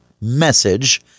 message